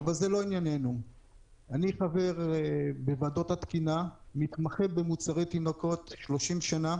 אני חבר בוועדות התקינה, 30 שנים